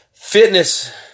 Fitness